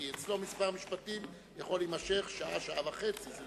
כי אצלו כמה משפטים יכולים להימשך שעה, שעה וחצי.